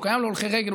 הוא קיים להולכי רגל,